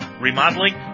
remodeling